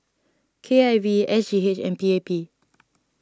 K I V S G H and P A P